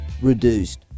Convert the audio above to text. reduced